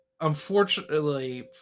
Unfortunately